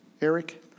Eric